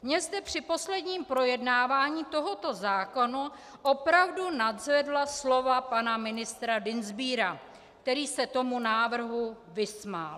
Mě zde při posledním projednávání tohoto zákona opravdu nadzvedla slova pana ministra Dienstbiera, který se tomu návrhu vysmál.